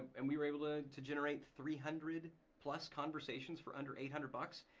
and we were able to to generate three hundred plus conversations for under eight hundred bucks.